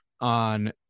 on